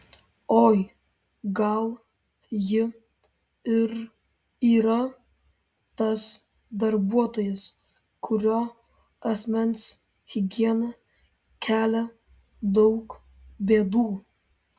oi gal ji ir yra tas darbuotojas kurio asmens higiena kelia daug bėdų